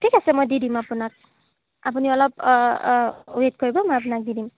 ঠিক আছে মই দি দিম আপোনাক আপুনি অলপ ৱেইট কৰিব মই আপোনাক দি দিম